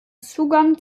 zugang